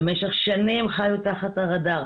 במשך שנים חיו תחת הרדאר,